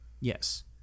Yes